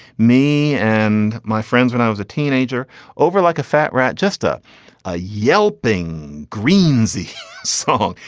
me and my friends when i was a teenager over like a fat rat just ah a yelping greensburg song.